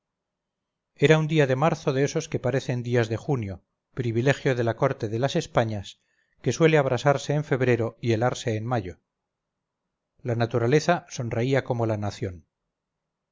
era un día de marzo de esos que parecen días de junio privilegio de la corte de las españas que suele abrasarse en febrero y helarse en mayo la naturaleza sonreía como la nación